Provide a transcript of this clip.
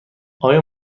آیا